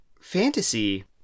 Fantasy